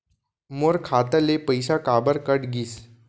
मोर खाता ले पइसा काबर कट गिस?